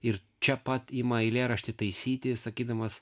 ir čia pat ima eilėraštį taisyti sakydamas